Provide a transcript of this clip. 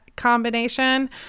combination